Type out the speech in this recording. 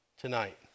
tonight